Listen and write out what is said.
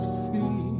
see